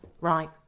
Right